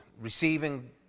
receiving